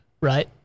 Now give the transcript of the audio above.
Right